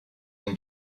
been